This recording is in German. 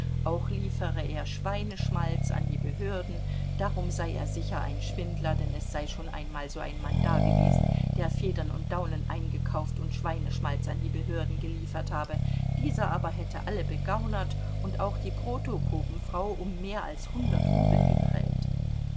auch liefere er schweineschmalz an die behörden darum sei er sicher ein schwindler denn es sei schon einmal so ein mann dagewesen der federn und daunen eingekauft und schweineschmalz an die behörden geliefert habe dieser aber hätte alle begaunert und auch die protopopenfrau um mehr als hundert rubel geprellt